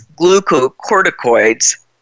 glucocorticoids